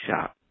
shop